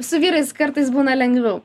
su vyrais kartais būna lengviau